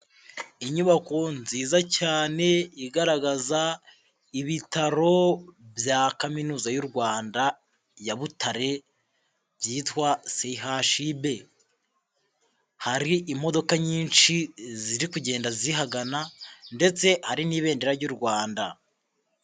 Inyubako nziza cyane, igaragaza ibitaro bya Kaminuza y'u Rwanda ya Butare byitwa CHUB, hari imodoka nyinshi ziri kugenda zihagana ndetse hari n'ibendera ry'u Rwanda.